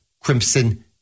Crimson